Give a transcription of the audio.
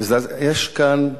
יש כאן,